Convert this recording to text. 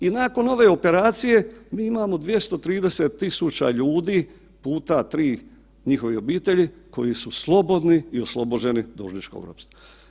I nakon ove operacije mi imamo 230.000 ljudi puta 3 njihovih obitelji koji su slobodni i oslobođeni dužničkog ropstva.